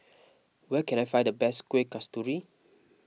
where can I find the best Kueh Kasturi